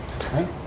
okay